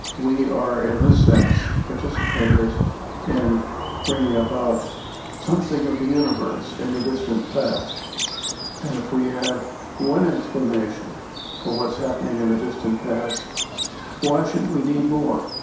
we are in this sense, participators in bringing about something of the universe in the distant past and if we have one and explanation for what's happening in the distant past why should we need more?